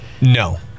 No